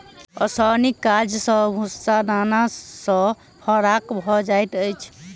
ओसौनीक काज सॅ भूस्सा दाना सॅ फराक भ जाइत अछि